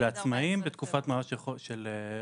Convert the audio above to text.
לעצמאים בתקופת מעבר של חודש,